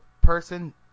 person